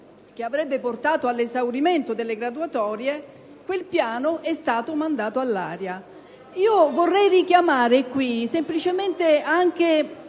che avrebbe portato all'esaurimento delle graduatorie: quel piano è stato mandato all'aria. Vorrei richiamare semplicemente il